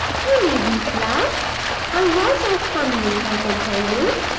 you needn't laugh i was of some use, i can tell you.